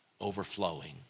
overflowing